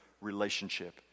relationship